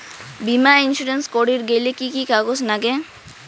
বীমা ইন্সুরেন্স করির গেইলে কি কি কাগজ নাগে?